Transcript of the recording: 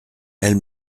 elle